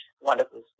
wonderful